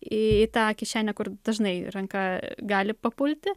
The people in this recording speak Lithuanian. į tą kišenę kur dažnai ranka gali papulti